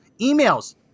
emails